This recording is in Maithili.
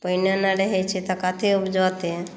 पानि नहि रहै छी तऽ कत्ते उपजतै